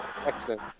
excellent